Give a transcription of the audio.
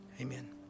amen